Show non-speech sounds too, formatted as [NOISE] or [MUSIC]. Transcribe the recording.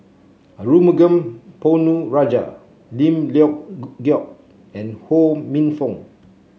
Arumugam Ponnu Rajah Lim Leong [UNINTELLIGIBLE] Geok and Ho Minfong